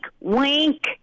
wink